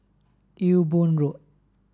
Ewe Boon Road